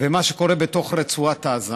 ומה שקורה בתוך רצועת עזה,